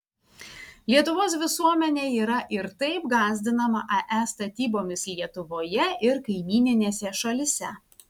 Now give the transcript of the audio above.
lietuvos visuomenė yra ir taip gąsdinama ae statybomis lietuvoje ir kaimyninėse šalyse